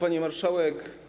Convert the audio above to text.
Pani Marszałek!